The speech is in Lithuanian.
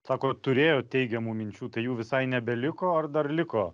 sakot turėjot teigiamų minčių tai jų visai nebeliko ar dar liko